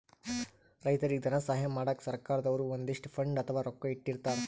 ರೈತರಿಗ್ ಧನ ಸಹಾಯ ಮಾಡಕ್ಕ್ ಸರ್ಕಾರ್ ದವ್ರು ಒಂದಿಷ್ಟ್ ಫಂಡ್ ಅಥವಾ ರೊಕ್ಕಾ ಇಟ್ಟಿರ್ತರ್